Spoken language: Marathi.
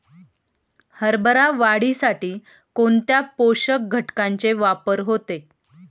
हरभरा वाढीसाठी कोणत्या पोषक घटकांचे वापर होतो?